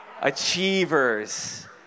achievers